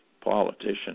politician